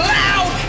loud